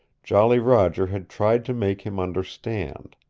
jolly roger had tried to make him understand.